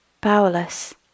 powerless